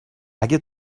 اگه